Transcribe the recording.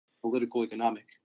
political-economic